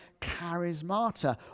charismata